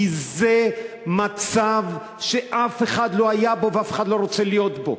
כי זה מצב שאף אחד לא היה בו ואף אחד לא רוצה להיות בו.